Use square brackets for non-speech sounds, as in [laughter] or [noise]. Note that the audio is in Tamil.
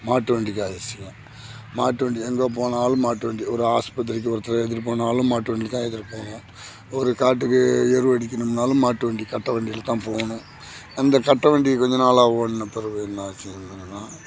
மாட்டுவண்டிங்க ஆயிடுச்சுங்க மாட்டுவண்டி எங்கே போனாலும் மாட்டுவண்டி ஒரு ஹாஸ்பத்திரிக்கு ஒருத்தரை ஏற்றிட்டு போனாலும் மாட்டுவண்டியில தான் ஏற்றிட்டு போவணும் ஒரு காட்டுக்கு எருவடிக்கணும்னாலும் மாட்டு வண்டி கட்ட வண்டியில தான் போவணும் அந்த கட்டைவண்டி கொஞ்சம் நாளாக ஓடின பிறவு என்னாச்சு [unintelligible]